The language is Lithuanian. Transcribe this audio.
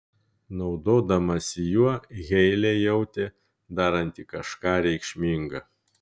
naudodamasi juo heilė jautė daranti kažką reikšminga